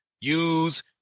use